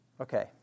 Okay